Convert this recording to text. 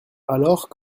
alors